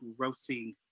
grossing